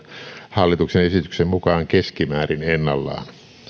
hallituksen esityksen mukaan keskimäärin ennallaan